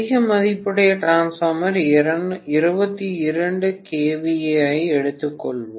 அதிக மதிப்புடைய transformer 22KVA ஐ எடுத்துக்கொள்ளவும்